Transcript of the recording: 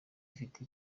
ifite